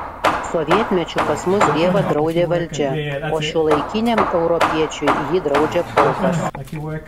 sovietmečiu pas mus dievą draudė valdžia o šiuolaikiniam europiečiui jį draudžia protas